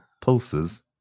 pulses